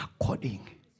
according